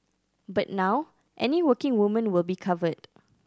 but now any working woman will be covered